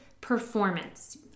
Performance